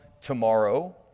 tomorrow